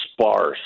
sparse